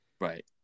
Right